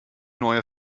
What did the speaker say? neue